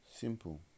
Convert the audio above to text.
simple